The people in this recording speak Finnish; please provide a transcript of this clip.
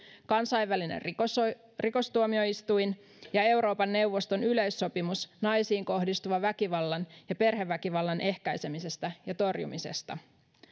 kansainvälinen rikostuomioistuin ja euroopan neuvoston yleissopimus naisiin kohdistuvan väkivallan ja perheväkivallan ehkäisemisestä ja torjumisesta